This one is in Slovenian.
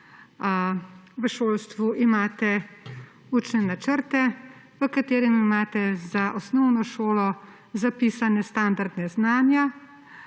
V šolstvu imate učne načrte, v katerem imate za osnovno šolo zapisane standarde znanja,